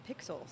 pixels